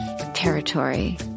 territory